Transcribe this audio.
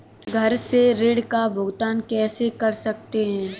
घर से ऋण का भुगतान कैसे कर सकते हैं?